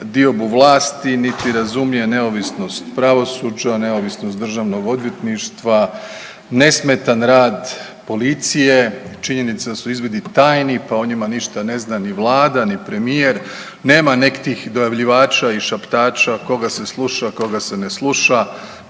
diobu vlasti, niti razumije neovisnost pravosuđa, neovisnost Državnog odvjetništva, nesmetan rad policije. Činjenica da su izvidi tajni, pa o njima ništa ne zna ni Vlada, ni premijer, nema nekih dojavljivača i šaptača koga se sluša, koga se ne sluša.